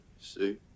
see